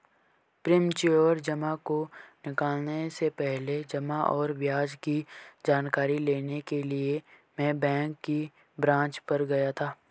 premature जमा को निकलने से पहले जमा और ब्याज की जानकारी लेने के लिए मैं बैंक की ब्रांच पर गया था